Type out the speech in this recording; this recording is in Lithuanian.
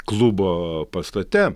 klubo pastate